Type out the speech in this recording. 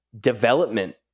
development